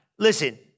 Listen